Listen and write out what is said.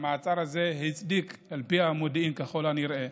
המעצר הזה הוצדק על פי המודיעין, ככל הנראה.